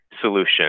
solution